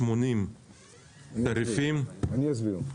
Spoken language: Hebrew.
אני אסביר בהמשך.